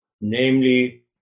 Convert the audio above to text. Namely